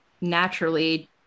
naturally